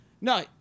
No